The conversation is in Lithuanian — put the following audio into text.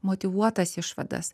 motyvuotas išvadas